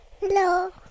Hello